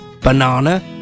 banana